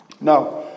Now